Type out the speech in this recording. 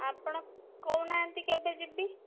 ଆପଣ କହୁନାହାନ୍ତି କେବେ ଯିବି